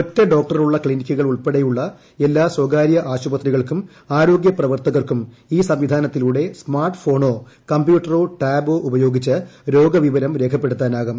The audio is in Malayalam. ഒറ്റ ഡോക്ടറുള്ള ക്ലിനിക്കുകൾ ഉൾപ്പെടെയുള്ള എല്ലാ സ്ഥകാര്യ ആശുപത്രികൾക്കും ആരോഗ്യ പ്രവർത്തകർക്കും ഈ സംവിധാനത്തിലൂടെ സ്മാർട്ട് ഫോണോ കമ്പ്യൂട്ടറോ ടാബോ ഉപയോഗിച്ച് രോഗവിവരം രേഖപ്പെടുത്താനാവും